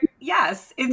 yes